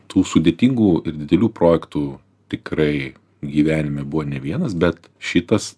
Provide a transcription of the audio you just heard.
tų sudėtingų ir didelių projektų tikrai gyvenime buvo ne vienas bet šitas